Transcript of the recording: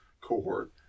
cohort